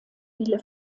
viele